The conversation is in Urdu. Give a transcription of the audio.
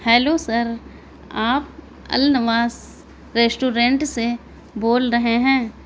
ہیلو سر آپ النواز ریسٹورینٹ سے بول رہے ہیں